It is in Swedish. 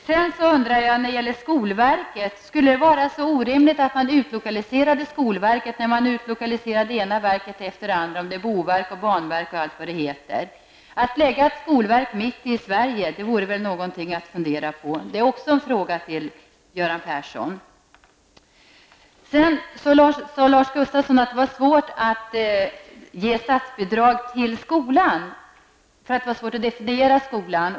Sedan undrar jag varför det skulle vara så orimligt att utlokalisera skolverket, när man utlokaliserat det ena verket efter det andra: boverket, banverket och allt vad det heter. Att lägga ett skolverk mitt i Sverige vore väl någonting att fundera på? Det är också en fråga till Göran Persson. Lars Gustafsson sade att det är svårt att ge statsbidrag till skolan därför att det var svårt att definiera skolan.